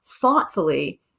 thoughtfully